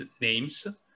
names